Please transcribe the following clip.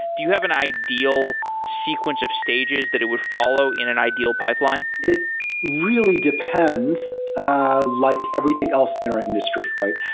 do you have an ideal sequence of stages that it would follow in an ideal pipeline? it really depends like everything else in our industry, right?